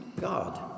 God